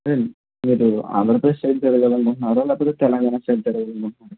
sir మీరు ఆంధ్రప్రదేశ్ స్టేట్కి వెళ్ళాలి అనుకుంటున్నారా లేకపోతే తెలంగాణ స్టేట్కి వెళ్ళాలి అనుకుంటున్నారా